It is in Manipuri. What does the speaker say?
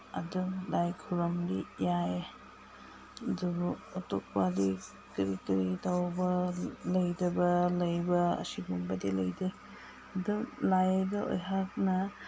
ꯑꯗꯨꯝ ꯂꯥꯏ ꯈꯣꯏꯔꯨꯝꯕ ꯌꯥꯏ ꯑꯗꯨꯕꯨ ꯑꯇꯣꯞꯄꯗꯤ ꯀꯔꯤ ꯀꯔꯤ ꯇꯧꯕ ꯂꯩꯇꯕ ꯂꯩꯕ ꯑꯁꯤꯒꯨꯝꯕꯗꯤ ꯂꯩꯇꯦ ꯑꯗꯨꯝ ꯂꯥꯏꯗ ꯑꯩꯍꯥꯛꯅ